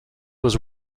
was